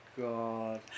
God